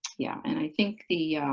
yeah. and i think the